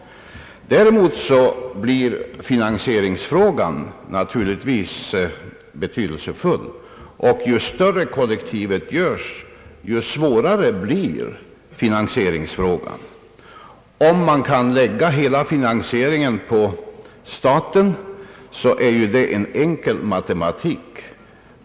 Däremot blir finansieringsfrågan naturligtvis mer betydelsefull, och ju större kollektivet görs desto svårare blir finansieringsfrågan. Om man kan lägga hela finansieringen på staten, blir det ju en enkel matematik.